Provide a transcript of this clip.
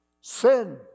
Sin